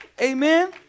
Amen